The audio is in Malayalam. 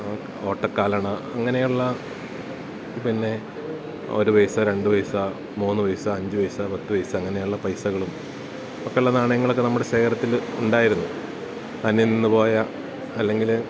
ഓട്ടക്കാലണ അങ്ങനെയുള്ള പിന്നെ ഒരു പൈസ രണ്ടു പൈസ മൂന്നു പൈസ അഞ്ചു പൈസ പത്തു പൈസ അങ്ങനെയുള്ള പൈസകളും ഒക്കെയുള്ള നാണയങ്ങളൊക്കെ നമ്മുടെ ശേഖരത്തില് ഉണ്ടായിരുന്നു അന്യംനിന്നുപോയ അല്ലെങ്കില്